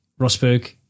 Rosberg